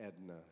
Edna